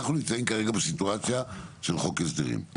אנחנו כרגע נמצאים בסיטואציה של חוק הסדרים.